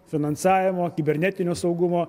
finansavimo kibernetinio saugumo